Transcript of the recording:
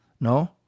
No